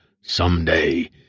someday